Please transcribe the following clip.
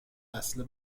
وصله